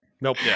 Nope